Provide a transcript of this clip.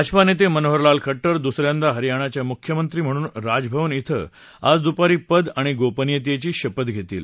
भाजपा नेते मनोहरलाल खट्टर दुसऱ्यांदा हरयाणाचे मुख्यमंत्री म्हणून राजभवन विं आज दुपारी पद आणि गोपनीयतेची शपथ घेतील